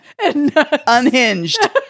unhinged